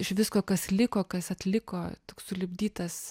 iš visko kas liko kas atliko toks sulipdytas